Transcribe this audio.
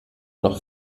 noch